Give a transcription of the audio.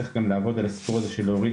צריך גם לעבוד על הסיפור הזה של להוריד